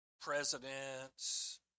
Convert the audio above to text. Presidents